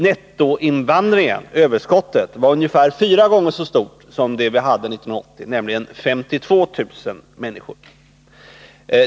Nettoinvandringen — överskottet — var ungefär fyra gånger så stort som 1980, nämligen 52 000 människor.